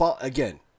Again